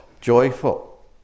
joyful